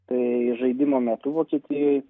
tai žaidimo metu vokietijoj